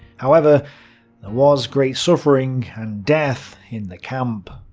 however there was great suffering and death in the camp.